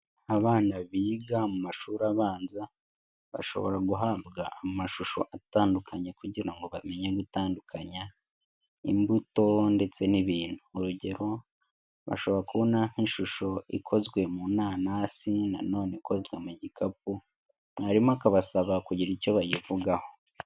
Abana biga mu mashuri abanza bashobora guhabwa amashusho atandukanye kugira ngo bamenye gutandukanya imbuto ndetse n'ibintu. Urugero: bashobora kubona nk'ishusho ikozwe mu nanasi nanone ikozwe mu gikapu, mwarimu akabasaba kugira icyo bayivugaho.